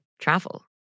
travel